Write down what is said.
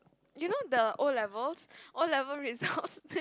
you know the o-levels o-level results